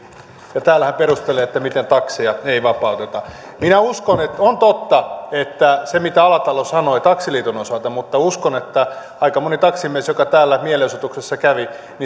ja täällä hän perustelee miten takseja ei vapauteta minä uskon että on totta se mitä alatalo sanoi taksiliiton osalta mutta uskon että aika moni taksimies joka täällä mielenosoituksessa kävi